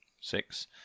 Six